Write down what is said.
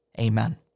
Amen